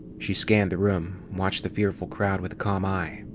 she scanned the room, watched the fearful crowd with a calm eye.